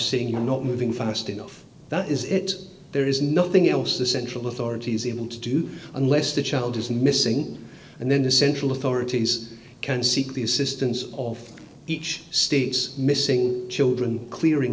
saying you're not move fast enough that is it there is nothing else the central authorities able to do unless the child is missing and then the central authorities can seek the assistance of each state's missing children clearing